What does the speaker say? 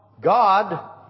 God